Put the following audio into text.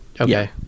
Okay